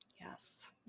Yes